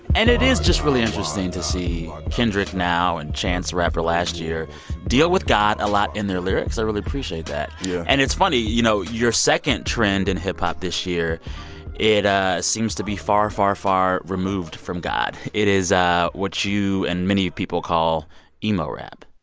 and it is just really interesting to see kendrick now and chance the rapper last year deal with god a lot in their lyrics. i really appreciate that yeah and it's funny. you know, your second trend in hip hop this year it seems to be far, far, far removed from god. it is ah what you and many people call emo rap